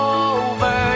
over